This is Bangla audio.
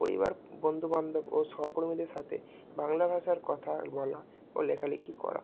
পরিবার বন্ধু বান্ধব ও সহকর্মীদের সাথে বাংলা ভাষার কথা বলা ও লেখালেখি করা